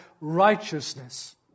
righteousness